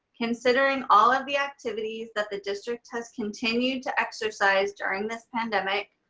considering all of the activities that the district has continued to exercise during this pandemic,